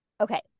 Okay